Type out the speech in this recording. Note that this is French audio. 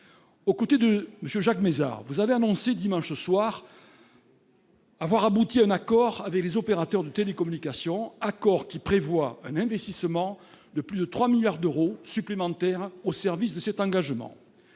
Aux côtés de M. Jacques Mézard, vous avez annoncé, dimanche soir, avoir abouti à un accord avec les opérateurs de télécommunication, accord qui prévoit un investissement de plus de 3 milliards d'euros supplémentaires au titre de cet engagement.